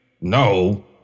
no